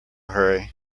hurry